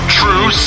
true